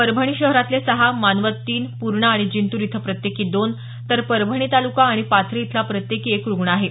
परभणी शहरातले सहा मानवत तीन पूर्णा आणि जिंतूर इथं प्रत्येकी दोन तर परभणी तालुका आणि पाथरी इथला प्रत्येकी एक रुग्ण आहे